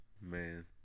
man